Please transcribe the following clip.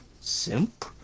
simp